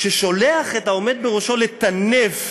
ששולח את העומד בראשו לטנף,